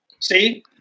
See